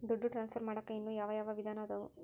ದುಡ್ಡು ಟ್ರಾನ್ಸ್ಫರ್ ಮಾಡಾಕ ಇನ್ನೂ ಯಾವ ಯಾವ ವಿಧಾನ ಅದವು?